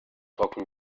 trocken